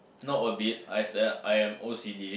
not a bit as in I am O_C_D